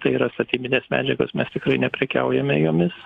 tai yra statybinės medžiagos mes tikrai neprekiaujame jomis